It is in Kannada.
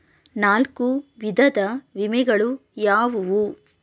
ನಾಲ್ಕು ವಿಧದ ವಿಮೆಗಳು ಯಾವುವು?